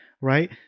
right